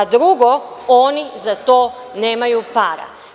Drugo, oni za to nemaju para.